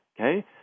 Okay